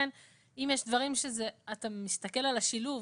אתה מסתכל על השילוב